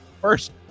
first